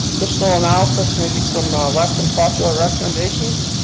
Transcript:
additional analysis may be some less than popular recommendations.